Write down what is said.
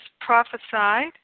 prophesied